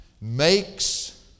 makes